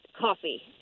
Coffee